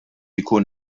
jkun